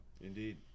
Indeed